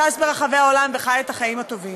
טס ברחבי העולם וחי את החיים הטובים.